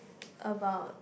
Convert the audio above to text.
about